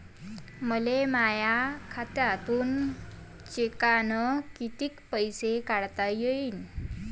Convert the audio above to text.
मले माया खात्यातून चेकनं कितीक पैसे काढता येईन?